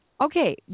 okay